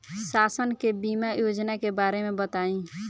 शासन के बीमा योजना के बारे में बताईं?